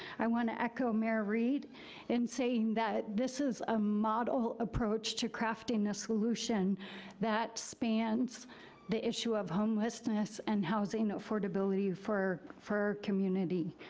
i want to echo mayor reed in saying that this is a model approach to crafting a solution that spans the issue of homelessness and housing affordability for our community.